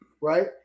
right